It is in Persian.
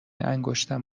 انگشتم